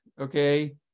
okay